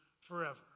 forever